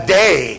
day